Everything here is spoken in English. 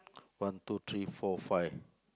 one two three four five